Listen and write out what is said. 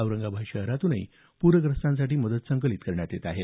औरंगाबाद शहरातूनही पूरग्रस्तांसाठी मदत संकलित करण्यात येत आहे